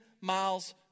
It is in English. miles